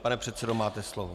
Pane předsedo, máte slovo.